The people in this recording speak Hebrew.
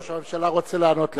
ראש הממשלה רוצה לענות לך.